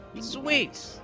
Sweet